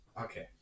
Okay